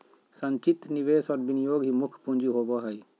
संचित निवेश और विनियोग ही मुख्य पूँजी होबो हइ